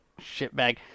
shitbag